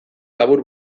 labur